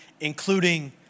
including